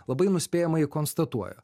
labai nuspėjamai konstatuoja